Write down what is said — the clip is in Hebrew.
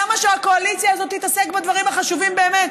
למה שהקואליציה הזאת תתעסק בדברים החשובים באמת?